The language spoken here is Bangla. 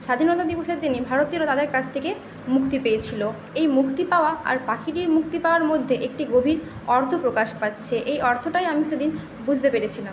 স্বাধীনতা দিবসের দিনে ভারতীয়রা তাদের কাছ থেকে মুক্তি পেয়েছিল এই মুক্তি পাওয়া আর পাখিদের মুক্তি পাওয়ার মধ্যে একটি গভীর অর্থ প্রকাশ পাচ্ছে এই অর্থটাই আমি সেদিন বুঝতে পেরেছিলাম